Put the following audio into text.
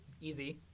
Easy